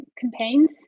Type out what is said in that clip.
campaigns